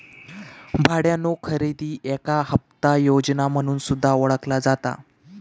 भाड्यानो खरेदी याका हप्ता योजना म्हणून सुद्धा ओळखला जाता